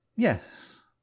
yes